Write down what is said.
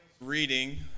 reading